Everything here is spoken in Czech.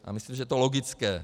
Já myslím, že je to logické.